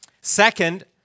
Second